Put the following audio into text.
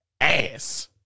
ass